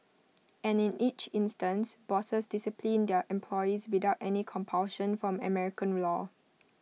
and in each instance bosses disciplined their employees without any compulsion from American law